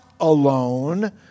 Alone